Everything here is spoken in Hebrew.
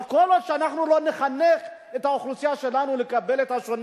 אבל כל עוד אנחנו לא נחנך את האוכלוסייה שלנו לקבל את השונה,